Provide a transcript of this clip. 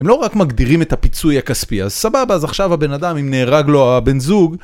הם לא רק מגדירים את הפיצוי הכספי, אז סבבה, אז עכשיו הבן אדם, אם נהרג לו הבן זוג...